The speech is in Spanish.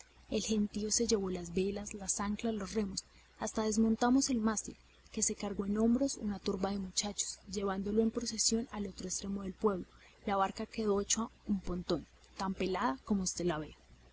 el gentío se llevó las velas las anclas los remos hasta desmontamos el mástil que se cargó en hombros una turba de muchachos llevándolo en procesión al otro extremo del pueblo la barca quedó hecha un pontón tan pelada como usted la ve